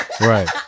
Right